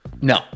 No